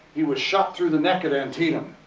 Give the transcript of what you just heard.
he was shot through the neck at antietam,